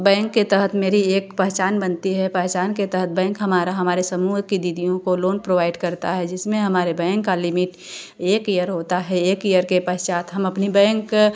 bank के तहत मेरी एक पहचान बनती है पहचान के तहत बैंक हमारा हमारे समूह की दीदियों को लोन प्रोवाइड करता है जिस में हमारे बैंक का लिमिट एक ईयर होता है एक ईयर के पश्चात हम अपने बैंक